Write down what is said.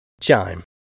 Chime